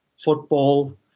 football